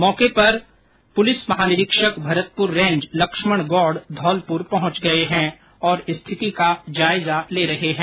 मौके पर अतिरिक्त पुलिस महानिरीक्षक भरतपुर रेंज लक्ष्मण गौड धौलपुर पहुंच गए हैं और स्थिति का जायजा ले रहे हैं